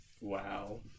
wow